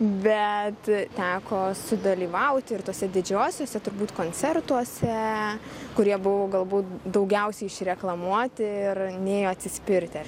bet teko sudalyvauti ir tose didžiosiose turbūt koncertuose kurie buvo galbūt daugiausiai išreklamuoti ir nėjo atsispirti